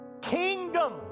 kingdom